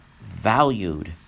valued